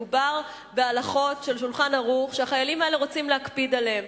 מדובר בהלכות של "שולחן ערוך" שהחיילים האלה רוצים להקפיד עליהן.